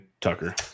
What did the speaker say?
Tucker